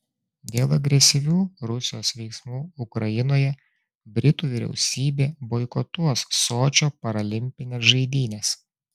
dėl agresyvių rusijos veiksmų ukrainoje britų vyriausybė boikotuos sočio paralimpines žaidynes